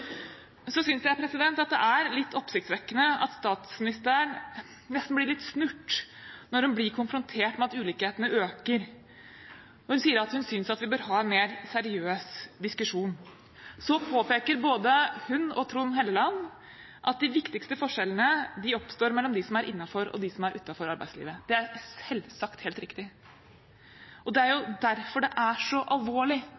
det er litt oppsiktsvekkende at statsministeren nesten blir litt snurt når hun blir konfrontert med at ulikhetene øker, når hun sier at hun synes at vi bør ha en mer seriøs diskusjon. Så påpeker både hun og Trond Helleland at de viktigste forskjellene oppstår mellom dem som er innenfor og dem som er utenfor arbeidslivet. Det er selvsagt helt riktig. Det er derfor det er